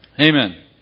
Amen